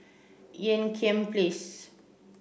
Ean Kiam Place